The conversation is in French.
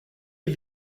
est